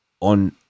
on